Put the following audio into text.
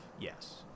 yes